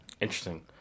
interesting